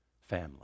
family